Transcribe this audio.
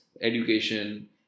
education